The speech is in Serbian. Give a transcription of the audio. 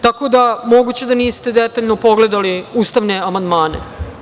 Tako da moguće da niste detaljno pogledali ustavne amandmane.